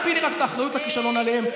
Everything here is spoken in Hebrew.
רק אל תפילי את האחריות לכישלון עליהם,